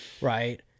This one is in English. Right